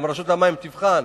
גם רשות המים תבחן,